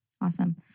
Awesome